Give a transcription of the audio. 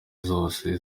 zose